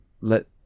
let